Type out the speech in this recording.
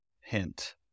hint